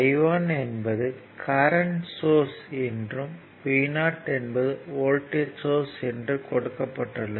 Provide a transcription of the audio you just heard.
I 1 என்பது current source என்றும் V 0 என்பது வோல்ட்டேஜ் சோர்ஸ் என்று கொடுக்கப்பட்டுள்ளது